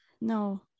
No